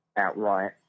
outright